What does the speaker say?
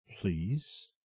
Please